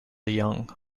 young